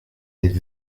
did